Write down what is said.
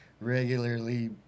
regularly